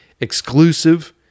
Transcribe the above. exclusive